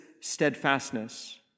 steadfastness